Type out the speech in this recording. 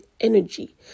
energy